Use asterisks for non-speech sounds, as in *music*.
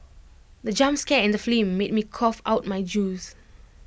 *noise* the jump scare in the film made me cough out my juice